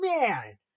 man